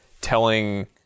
telling